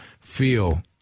feel